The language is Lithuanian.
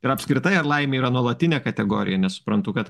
ir apskritai ar laimė yra nuolatinė kategorija nes suprantu kad